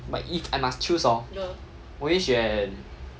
but if I must choose hor 我会选